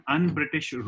Un-British